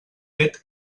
fet